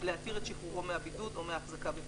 להתיר את שחרורו מהבידוד או מההחזקה בפיקוח."